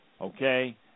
okay